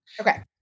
Okay